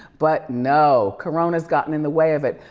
but no, corona has gotten in the way of it,